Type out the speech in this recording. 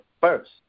first